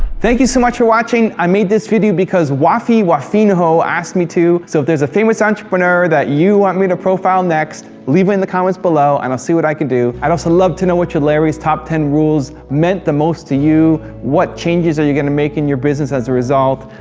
thank you so much for watching. i made this video because wafi wafinho asked me to. so if there's a famous entrepreneur that you want me to profile next, leave it in the comments below and i'll see what i can do. i'd also love to know which of larry's top ten rules meant the most to you. what changes are you going to make in your business as a result,